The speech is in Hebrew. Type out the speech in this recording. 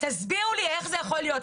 תסבירו לי איך זה יכול להיות?